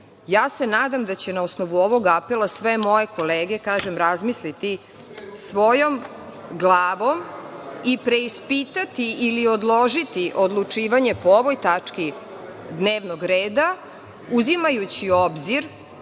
se da će na osnovu ovog apela sve moje kolege, razmisliti svojom glavom i preispitati, ili odložiti odlučivanje po ovoj tački dnevnog reda, uzimajući u obzir